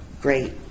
great